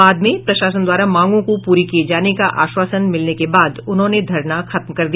बाद में प्रशासन द्वारा मांगों को पूरी किये जाने का आश्वासन मिलने के बाद उन्होंने धरना खत्म कर दिया